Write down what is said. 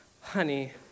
Honey